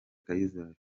kayizari